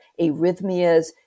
arrhythmias